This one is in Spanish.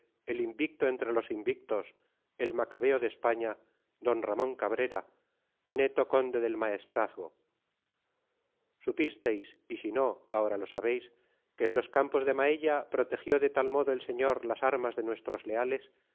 el invicto entre los invictos el macabeo de españa d ramón cabrera neto conde del maestrazgo supisteis y si no ahora lo sabéis que en los campos de maella protegió de tal modo el señor las armas de nuestros leales